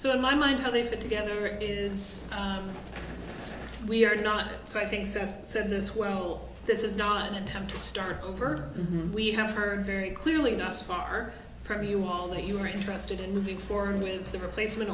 so in my mind how they fit together it is we are not so i think seth said this well this is not an attempt to start over and we have heard very clearly not far from you all that you are interested in moving forward with a replacement